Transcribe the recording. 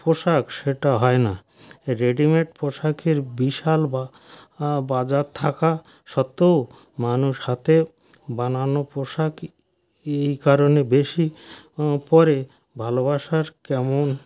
পোশাক সেটা হয় না রেডিমেড পোশাকের বিশাল বা বাজার থাকা সত্ত্বেও মানুষ হাতে বানানো পোশাকই এই কারণে বেশি পরে ভালোবাসার কেমন